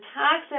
tax